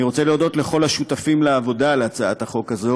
אני רוצה להודות לכל השותפים בעבודה על הצעת החוק הזאת,